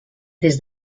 des